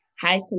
high